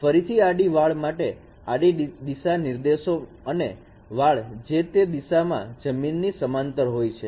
ફરીથી આડી વાડ માટે આડી દિશા નિર્દેશો અને વાડ જે તે દિશામાં જમીનને સમાંતર હોય છે